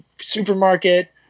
supermarket